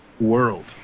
world